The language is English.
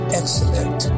excellent